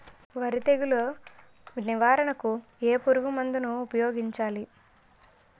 వరి తెగుల నివారణకు ఏ పురుగు మందు ను ఊపాయోగించలి?